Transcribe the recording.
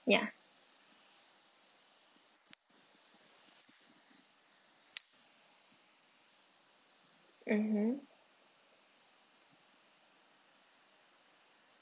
ya mmhmm